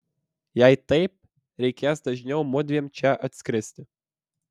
jei taip reikės dažniau mudviem čia atskristi